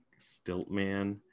Stiltman